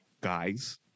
guys